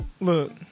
Look